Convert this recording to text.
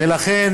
ולכן,